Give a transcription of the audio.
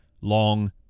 long